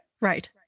Right